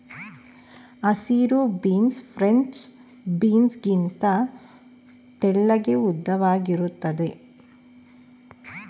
ಹಸಿರು beans French beans ಗಿಂತ ತೆಳ್ಳಗೆ ಉದ್ದವಾಗಿರುತ್ತದೆ